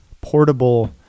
portable